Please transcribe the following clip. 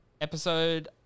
episode